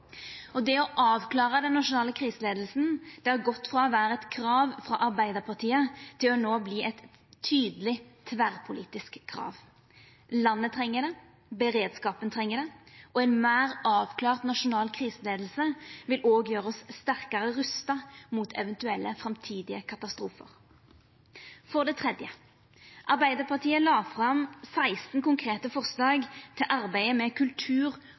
operasjonssentral.» Det å avklara den nasjonale kriseleiinga har gått frå å vera eit krav frå Arbeidarpartiet til no å verta eit tydeleg tverrpolitisk krav. Landet treng det, beredskapen treng det, og ein meir avklart nasjonal kriseleiing vil òg gjera oss sterkare rusta mot eventuelle framtidige katastrofar. For det tredje: Arbeidarpartiet la fram 16 konkrete forslag til arbeidet med kultur,